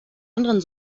anderen